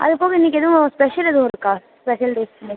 அது போக இன்னைக்கு எதுவும் ஸ்பெஷல் எதுவும் இருக்கா ஸ்பெஷல் டேட்ஸ் இந்த